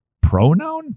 pronoun